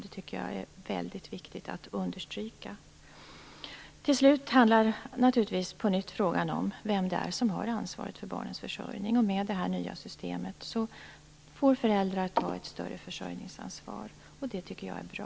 Det tycker jag är väldigt viktigt att understryka. Till slut handlar frågan naturligtvis på nytt om vem det är som har ansvaret för barnens försörjning. Med det nya systemet får föräldrar ta ett större försörjningsansvar. Det tycker jag är bra.